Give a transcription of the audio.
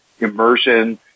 immersion